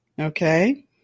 Okay